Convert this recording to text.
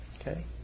Okay